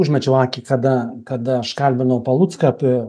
užmačiau akį kada kada aš kalbinau palucką apie